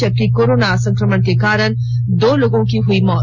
जबकि संक्रमण के कारण दो लोगों की हुई मौत